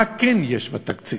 מה כן יש בתקציב?